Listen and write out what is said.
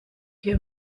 hier